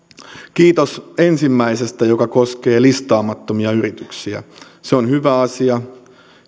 kiitos ensimmäisestä joka koskee listaamattomia yrityksiä se on hyvä asia